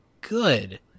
good